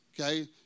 okay